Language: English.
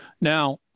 Now